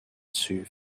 she